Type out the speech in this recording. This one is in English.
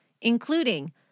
including